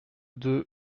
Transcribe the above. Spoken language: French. deux